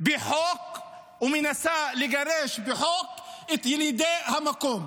בחוק או מנסה לגרש בחוק את ילידי המקום,